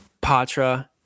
Patra